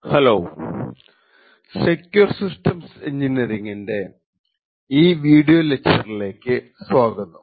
hello secure systems എൻജിനീയറിങ്ങിന്റെ ഈ video ലെക്ച്ചറിലേക്കു സ്വാഗതം